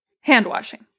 Hand-washing